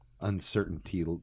uncertainty